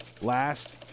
last